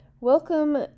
Welcome